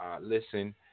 listen